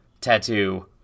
tattoo